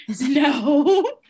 No